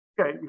Okay